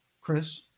Chris